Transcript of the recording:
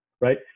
right